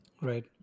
Right